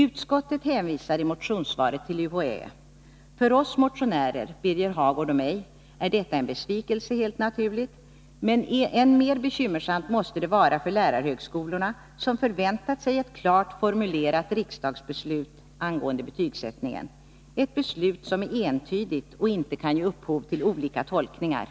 Utskottet hänvisar i motionssvaret till UHÄ. För oss motionärer, Birger Hagård och mig, är detta helt naturligt en besvikelse. Men än mer bekymmersamt måste det vara för lärarhögskolorna, som förväntat sig ett klart formulerat riksdagsbeslut angående betygsättningen — ett beslut som är entydigt och inte kan ge upphov till olika tolkningar.